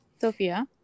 Sophia